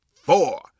four